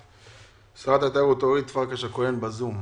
שרת התיירות אורית פרקש הכהן בזום.